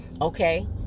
Okay